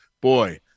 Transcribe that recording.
boy